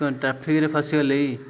କ'ଣ ଟ୍ରାଫିକ୍ରେ ଫସିଗଲେ